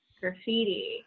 Graffiti